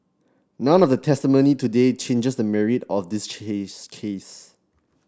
none of the testimony today changes the merit of this case